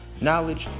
knowledge